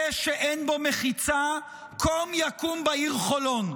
זה שאין בו מחיצה, קום יקום בעיר חולון.